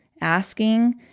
asking